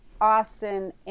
Austin